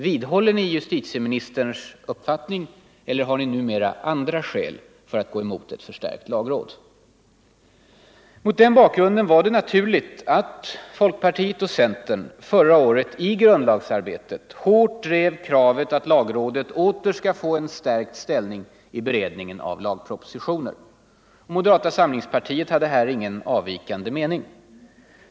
Vidhåller ni justitieministerns uppfattning — eller har ni numera andra skäl för att gå emot ett förstärkt lagråd? Mot den bakgrunden var det naturligt att folkpartiet och centern förra året i grundlagsarbetet hårt drev kravet att lagrådet åter skall få en stark ställning vid beredningen av lagpropositioner. Moderata samlingspartiet hade här ingen avvikande mening.